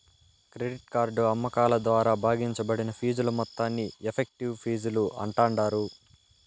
credit card అమ్మకాల ద్వారా భాగించబడిన ఫీజుల మొత్తాన్ని ఎఫెక్టివ్ ఫీజులు అంటాండారు